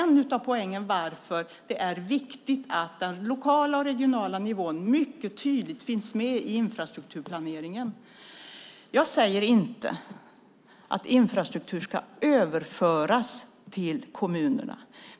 Därför är det viktigt att den lokala och regionala nivån finns med i infrastrukturplaneringen. Jag säger inte att infrastruktur ska överföras till kommunerna.